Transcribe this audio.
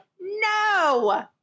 No